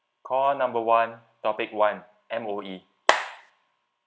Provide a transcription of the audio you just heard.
call number one topic one M_O_E